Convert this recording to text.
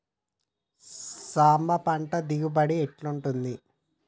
సాంబ పంట దిగుబడి ఎట్లుంటది?